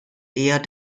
eher